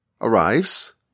arrives